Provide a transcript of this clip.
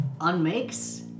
unmakes